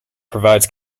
provides